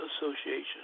Association